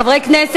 58 חברי כנסת